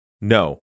no